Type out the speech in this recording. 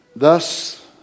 Thus